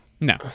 No